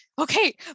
okay